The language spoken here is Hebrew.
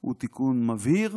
הוא תיקון מבהיר